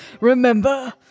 remember